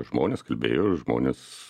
žmonės kalbėjo žmonės